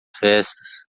festas